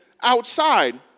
outside